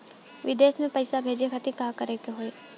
विदेश मे पैसा भेजे खातिर का करे के होयी?